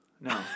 no